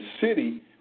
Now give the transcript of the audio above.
city